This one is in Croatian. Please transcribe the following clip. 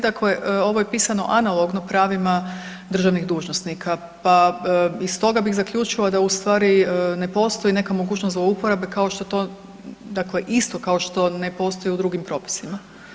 Dakle, ovo je pisano analogno pravima državnih dužnosnika pa iz toga bih zaključila da ustvari ne postoji neka mogućnost zlouporabe kao što to dakle isto kao što ne postoji u drugim propisima.